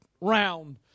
round